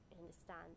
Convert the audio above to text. Understand